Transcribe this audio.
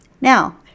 Now